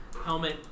helmet